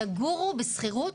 תגורו בשכירות,